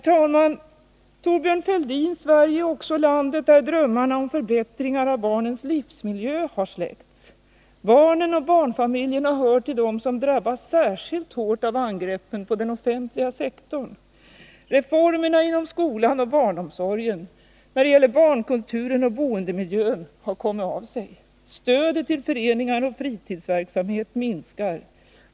Thorbjörn Fälldins Sverige är också landet där drömmarna om förbätt ringar av barnens livsmiljö har släckts. Barnen och barnfamiljerna hör till dem som drabbas särskilt hårt av angreppen på den offentliga sektorn. Reformerna inom skolan och barnomsorgen, när det gäller barnkulturen och boendemiljön, har kommit av sig. Stödet till föreningar och fritidsverksamhet minskar.